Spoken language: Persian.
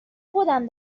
خودم